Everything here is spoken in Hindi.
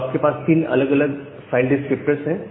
तो आपके पास तीन अलग अलग फाइल डिस्क्रिप्टर्स हैं